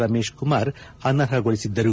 Ramesh Kumar ಅನರ್ಹಗೊಳಿಸಿದ್ದರು